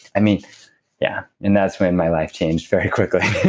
i mean yeah. and that's when my life changed very quickly